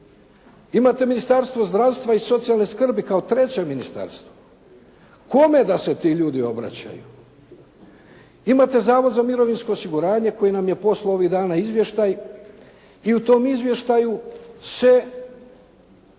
Imate Ministarstvo zdravstva i socijalne skrbi kao treće ministarstvo. Kome da se ti ljudi obraćaju? Imate Zavod za mirovinsko osiguranje koje nam je poslao ovih dana izvještaj i u tom izvještaju se